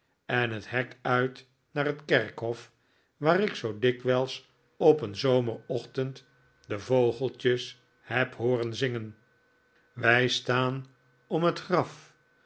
en het hek uit naar het kerkhof waar ik zoo dikwijls op een zomerochtend de vogeltjes heb hooren zingen wij staan om het graf